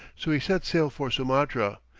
so he set sail for sumatra,